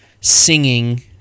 Singing